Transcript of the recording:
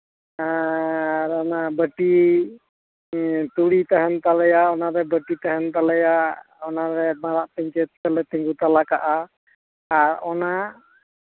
ᱟᱨ ᱚᱱᱟ ᱵᱟᱹᱴᱤ ᱛᱩᱲᱤ ᱛᱟᱦᱮᱱ ᱛᱟᱞᱮᱭᱟ ᱚᱱᱟ ᱨᱮ ᱵᱟᱹᱴᱤ ᱛᱟᱦᱮᱱ ᱛᱟᱞᱮᱭᱟ ᱟᱨ ᱚᱱᱟ ᱨᱮ ᱢᱟᱨᱟᱜ ᱯᱤᱧᱪᱟᱹᱨ ᱛᱮᱞᱮ ᱛᱤᱸᱜᱩ ᱛᱟᱞᱟ ᱠᱟᱜᱼᱟ ᱟᱨ ᱚᱱᱟ